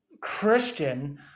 Christian